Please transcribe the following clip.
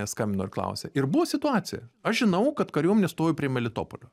skambino ir klausė ir buvo situacija aš žinau kad kariuomenė stojo prie melitopolio